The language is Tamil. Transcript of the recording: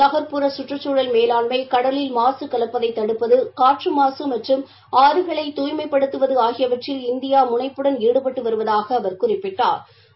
நக்புற குற்றுச்சூழல் மேலாண்மை கடலில் மாசு கலப்பதை தடுப்பது காற்று மாசு மற்றும் ஆறுகளை துய்ப்படுத்துவது ஆகியவற்றில இந்தியா முனைப்புடன் ஈடுபட்டு வருவதாக அவர் குறிப்பிட்டா்